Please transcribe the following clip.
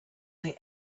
they